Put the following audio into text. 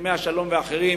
הסכמי השלום ואחרים,